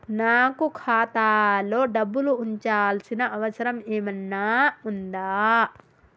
నాకు ఖాతాలో డబ్బులు ఉంచాల్సిన అవసరం ఏమన్నా ఉందా?